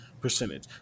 percentage